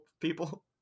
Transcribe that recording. people